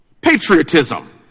Patriotism